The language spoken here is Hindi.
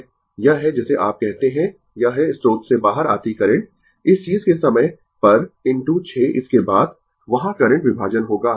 यह है जिसे आप कहते है यह है स्रोत से बाहर आती करंट इस चीज के समय पर इनटू 6 इसके बाद वहाँ करंट विभाजन होगा